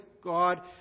God